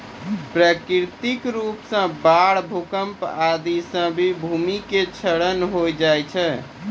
प्राकृतिक रूप सॅ बाढ़, भूकंप आदि सॅ भी भूमि के क्षरण होय जाय छै